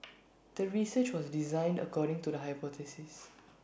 the research was designed according to the hypothesis